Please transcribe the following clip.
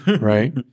Right